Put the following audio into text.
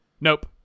nope